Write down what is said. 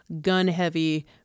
gun-heavy